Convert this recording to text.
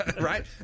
right